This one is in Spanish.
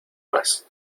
mas